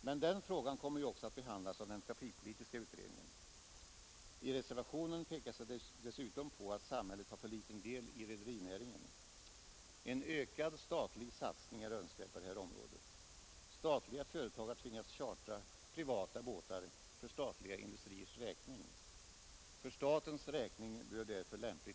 Men den frågan kommer ju också att behandlas av den trafikpolitiska utredningen. I reservationen pekas dessutom på att samhället har för liten del i rederinäringen. En ökad statlig satsning är önskvärd på detta område. Statliga företag har tvingats chartra privata båtar för statliga industriers räkning, och därför bör lämpligt tonnage anskaffas för statens räkning.